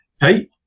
Hey